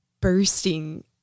bursting